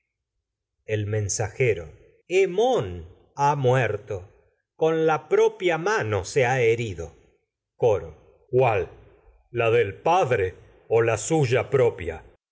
la mensajero se hemón ha muerto con propia mano ha herido coro el cuál la del padre o la suya propia